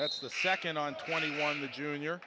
that's the second on twenty one the junior